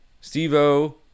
Steve-O